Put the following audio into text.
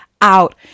out